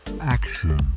Action